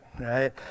right